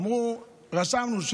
אמרו: רשמנו.